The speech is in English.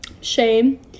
shame